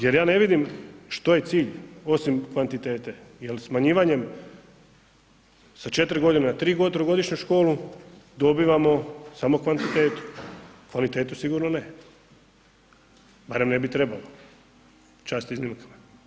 Jer ja ne vidim što je cilj osim kvantitete, jel smanjivanjem sa 4 godine na trogodišnju školu dobivamo samo kvantitetu, kvalitetu sigurnu ne, barem ne bi trebalo, čast iznimkama.